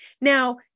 Now